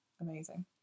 amazing